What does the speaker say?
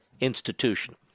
institution